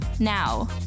Now